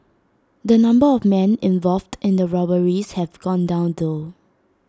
the number of men involved in the robberies have gone down though